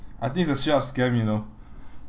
I think it's a straight up scam you know